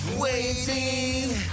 waiting